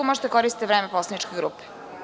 Možete koristiti vreme poslaničke grupe.